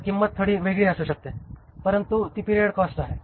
तर किंमत थोडी वेगळी असू शकते परंतु ती पिरियड कॉस्ट आहे